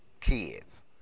Kids